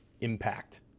impact